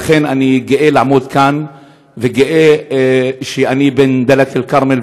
לכן אני גאה לעמוד כאן וגאה שאני בן דאלית אל-כרמל,